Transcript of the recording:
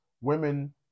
women